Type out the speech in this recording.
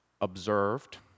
observed